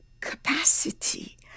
capacity